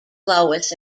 lois